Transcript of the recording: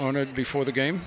on it before the game